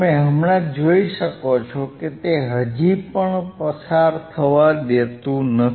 તમે હમણાં જોઈ શકો છો કે તે હજી પણ પસાર થવા દેતું નથી